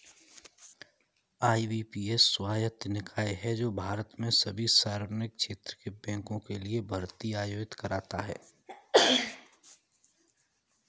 IBPS स्वायत्त निकाय है जो भारत में सभी सार्वजनिक क्षेत्र के बैंकों के लिए भर्ती परीक्षा आयोजित करता है